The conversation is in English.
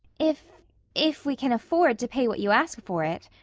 if if we can afford to pay what you ask for it,